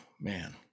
man